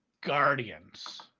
Guardians